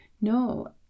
No